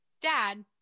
Dad